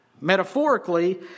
Metaphorically